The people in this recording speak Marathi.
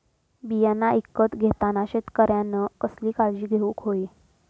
बियाणा ईकत घेताना शेतकऱ्यानं कसली काळजी घेऊक होई?